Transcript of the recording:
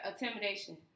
intimidation